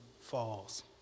falls